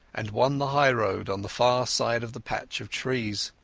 and won the highroad on the far side of the patch of trees.